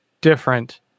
different